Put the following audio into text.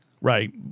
Right